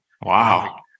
wow